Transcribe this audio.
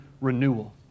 renewal